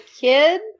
kid